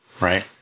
right